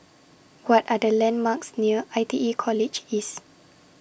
What Are The landmarks near I T E College East